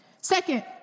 Second